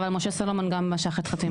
אבל משה סלומון גם משך את חתימתו.